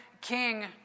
king